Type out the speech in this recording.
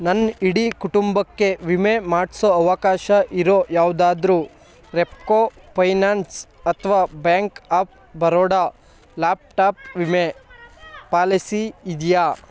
ನನ್ನ ಇಡೀ ಕುಟುಂಬಕ್ಕೆ ವಿಮೆ ಮಾಡಿಸೋ ಅವಕಾಶ ಇರೋ ಯಾವುದಾದ್ರೂ ರೆಪ್ಕೋ ಪೈನಾನ್ಸ್ ಅಥ್ವಾ bank of Baroda laptop ವಿಮೆ ಪಾಲಿಸಿ ಇದೆಯಾ